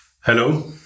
Hello